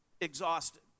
exhausted